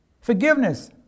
Forgiveness